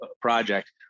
project